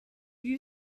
you